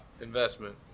investment